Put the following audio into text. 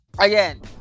again